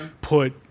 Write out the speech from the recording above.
put